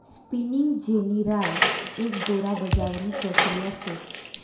spinning jenny राय एक दोरा बजावणी प्रक्रिया शे